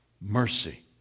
mercy